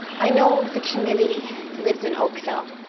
i know the committee lives in oakville.